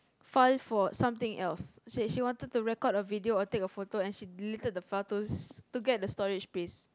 file for something else she she wanted to record a video or take a photo and she deleted the file to to get the storage space